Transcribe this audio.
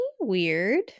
Weird